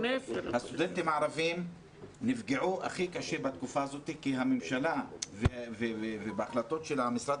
הסטודנטים הערבים נפגעו הכי קשה בתקופה הזאת כי הממשלה ובהחלטות של משרד